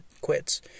quits